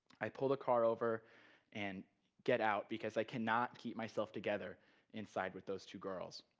i pull the car over and get out because i cannot keep myself together inside with those two girls.